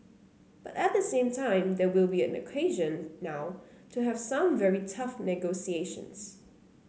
but at the same time there will be an occasion now to have some very tough negotiations